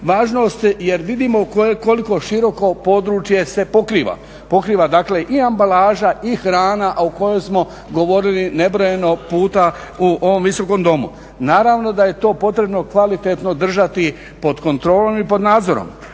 važnost jer vidimo koliko široko područje se pokriva, pokriva. Dakle, i ambalaža i hrana, a o kojoj smo govorili nebrojeno puta u ovom Visokom domu. Naravno da je to potrebno kvalitetno držati pod kontrolom i pod nadzorom